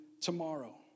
tomorrow